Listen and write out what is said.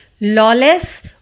lawless